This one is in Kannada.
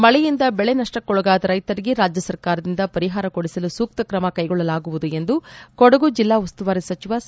ಮಳೆಯಿಂದ ಬೆಳೆ ನಡ್ವಕ್ಕೊಳಗಾದ ರೈತರಿಗೆ ರಾಜ್ಯಸರ್ಕಾರದಿಂದ ಪರಿಹಾರ ಕೊಡಿಸಲು ಸೂಕ್ತ ಕ್ರಮ ಕೈಗೊಳ್ಳಲಾಗುವುದು ಎಂದು ಕೊಡಗು ಜಿಲ್ಲಾ ಉಸ್ತುವಾರಿ ಸಚಿವ ಸಾ